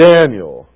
Daniel